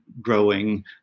growing